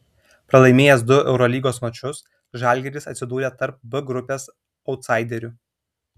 pralaimėjęs du eurolygos mačus žalgiris atsidūrė tarp b grupės autsaiderių